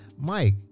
Mike